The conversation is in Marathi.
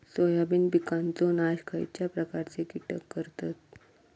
सोयाबीन पिकांचो नाश खयच्या प्रकारचे कीटक करतत?